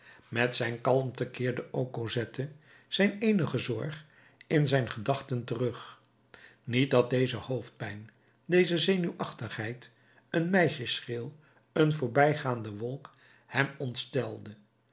met zijn kalmte keerde ook cosette zijn eenige zorg in zijn gedachten terug niet dat deze hoofdpijn deze zenuwachtigheid een meisjesgril een voorbijgaande wolk hem ontstelde